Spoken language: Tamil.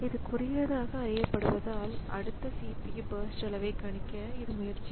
இது குறுகியதாக அறியப்படுவதால் அடுத்த CPU பர்ஸ்ட் அளவைக் கணிக்க இது முயற்சிக்கும்